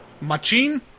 Machine